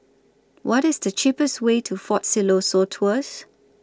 What IS The cheapest Way to Fort Siloso Tours